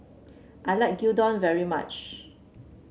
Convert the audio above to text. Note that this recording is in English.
I like Gyudon very much